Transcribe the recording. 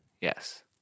Yes